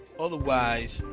otherwise,